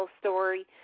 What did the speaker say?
story